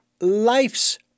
life's